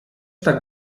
tak